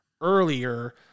earlier